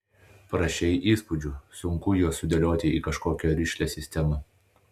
prašei įspūdžių sunku juos sudėlioti į kažkokią rišlią sistemą